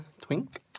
twink